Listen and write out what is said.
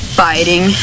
fighting